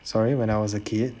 sorry when I was a kid